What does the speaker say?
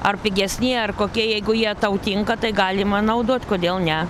ar pigesni ar kokie jeigu jie tau tinka tai galima naudoti kodėl ne